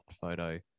photo